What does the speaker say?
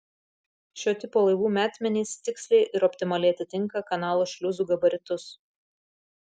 šio tipo laivų metmenys tiksliai ir optimaliai atitinka kanalo šliuzų gabaritus